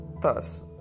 Thus